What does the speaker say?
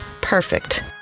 Perfect